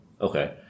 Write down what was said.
Okay